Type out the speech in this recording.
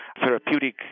therapeutic